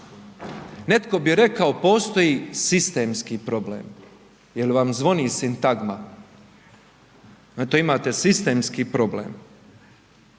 Netko bi rekao, postoji sistemski problem. Je li vam zvoni sintagma? Znate, imate sistemski problem.